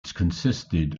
consisted